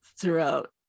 throughout